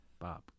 Bob